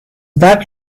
that